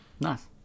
nice